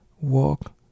walk